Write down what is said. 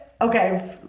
okay